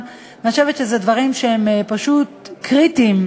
הזאת שכל חוק-יסוד שאנחנו באים לגעת בו,